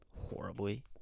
horribly